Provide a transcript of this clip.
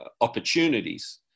opportunities